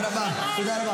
תודה רבה.